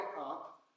up